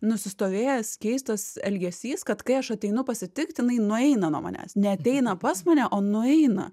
nusistovėjęs keistas elgesys kad kai aš ateinu pasitikt jinai nueina nuo manęs neateina pas mane o nueina